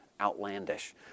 outlandish